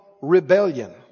rebellion